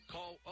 Call